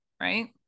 right